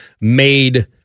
made